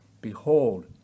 Behold